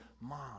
mom